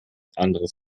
anderes